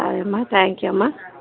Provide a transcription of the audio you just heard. సరేమ్మ thank you అమ్మ